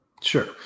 Sure